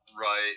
Right